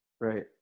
Right